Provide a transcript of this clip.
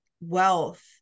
wealth